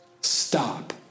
stop